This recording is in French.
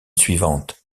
suivante